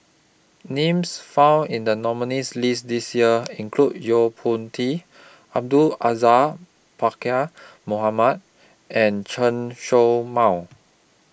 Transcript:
Names found in The nominees' list This Year include Yo Po Tee Abdul Aziz Pakkeer Mohamed and Chen Show Mao